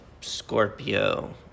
Scorpio